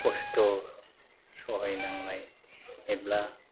खस्थ' सहायनांनाय एबा